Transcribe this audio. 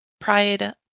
Pride